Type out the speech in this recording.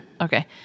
Okay